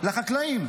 לחקלאים.